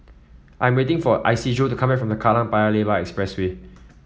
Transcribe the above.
I'm waiting for Isidro to come back from Kallang Paya Lebar Expressway